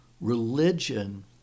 Religion